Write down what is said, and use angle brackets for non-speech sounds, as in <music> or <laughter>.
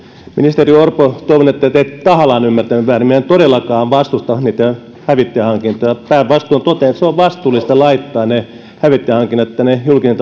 ministeri orpo toivon että ette tahallaan ymmärtänyt väärin minä en todellakaan vastusta hävittäjähankintoja päinvastoin totean että on vastuullista laittaa hävittäjähankinnat julkisen <unintelligible>